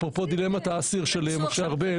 אפרופו דילמת האסיר של משה ארבל.